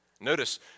Notice